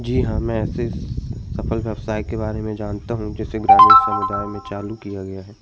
जी हाँ मैं ऐसे सफल व्यवसाय के बारे में जानता हूँ जो ग्रामीण समुदाय ने चालू किया हुआ है